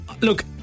Look